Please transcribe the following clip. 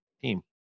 Team